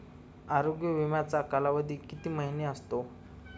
आरोग्य विमाचा कालावधी किती महिने असतो?